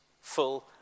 full